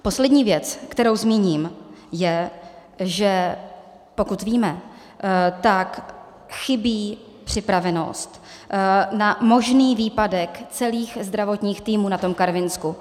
Poslední věc, kterou zmíním, je, že pokud víme, tak chybí připravenost na možný výpadek celých zdravotních týmů na Karvinsku.